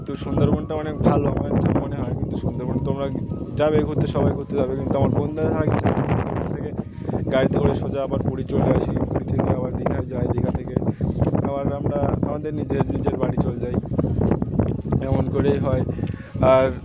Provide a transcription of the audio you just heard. একটু সুন্দরবনটা অনেক ভালো আমাদের যা মনে হয় কিন্তু সুন্দরবন তো আমরা যাবে ঘুরতে সবাই ঘুরতে যাবে কিন্তু আমার বন্ধুরা থাকছে না গাড়িতে করে সোজা আবার পুড়ি চলে আসি পুরী আবার আবার দেখা যায় দিঘা থেকে আবার আমরা আমাদের নিজের নিজের বাড়ি চলে যাই এমন করেই হয় আর